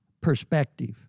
perspective